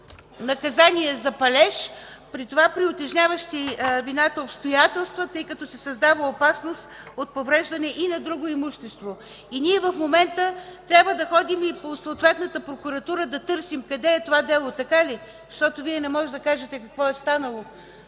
наказание за палеж, при това при утежняващи вината обстоятелства, тъй като се създава опасност от повреждане и на друго имущество. И ние в момента трябва да ходим и по съответната прокуратура да търсим къде е това дело, така ли? Защото Вие не можете да кажете какво е станало,